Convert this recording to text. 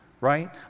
right